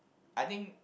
I think